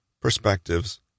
perspectives